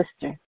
sister